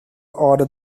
order